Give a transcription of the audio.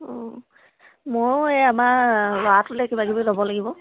অঁ ময়ো এই আমাৰ ল'ৰাটোলৈ কিবা কিবি ল'ব লাগিব